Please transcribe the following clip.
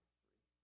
three